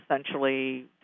essentially